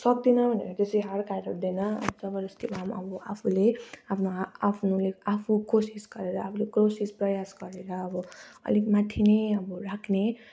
सक्दिनँ भनेर त्यसै हार खाएर हुँदैन अब जबरजस्ती भए अब आफूले आफ्नो आफ्नोले आफू कोसिस गरेर आफूले कोसिस प्रयास गरेर अब अलिक माथि नै अब राख्ने